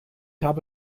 habe